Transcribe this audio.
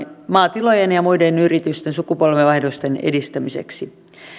maatilojen ja muiden yritysten sukupolvenvaihdosten edistämiseksi